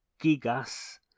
Gigas